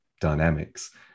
dynamics